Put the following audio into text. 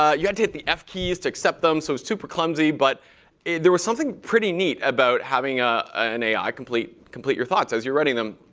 ah you had to hit the f keys to accept them, so it was super clumsy. but there was something pretty neat about having ah an ai complete complete your thoughts as you're writing them.